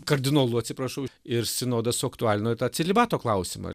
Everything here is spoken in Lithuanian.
kardinolu atsiprašau ir sinodas suaktualino celibato klausimą